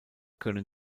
können